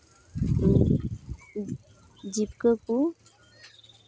ᱤᱧ ᱡᱤᱵᱽᱠᱟᱹ ᱠᱚ